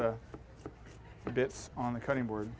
the bits on the cutting board